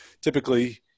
typically